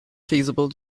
feasible